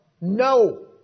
No